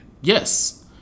Yes